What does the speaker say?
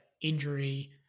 injury